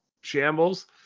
shambles